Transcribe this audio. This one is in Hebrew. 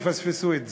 הם יפספסו את זה.